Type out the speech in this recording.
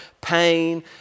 pain